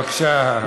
בבקשה.